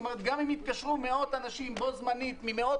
כלומר גם אם יתקשרו מאות אנשים בו-זמנית ממאות